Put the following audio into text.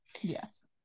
Yes